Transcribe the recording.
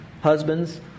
husbands